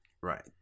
Right